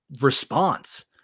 response